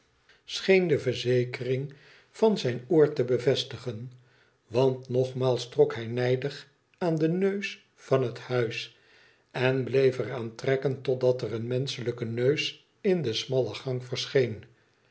scheen de verzekering van zijn oor te bevestigen want nogmaals trok hij nijdig aan den neus van het huis en bleef er aan trekken totdat er een menschelijke neus in de smalle gang verscheen